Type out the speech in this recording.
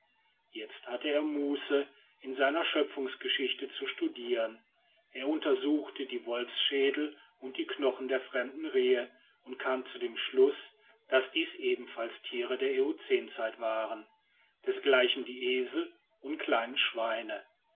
jetzt hatter er muße in seiner schöpfungsgeschichte zu studieren er untersuchte die wolfsschädel und die knochen der fremden rehe und kam zu dem schluß daß dies ebenfalls tiere der eocänzeit waren desgleichen die esel und kleinen schweine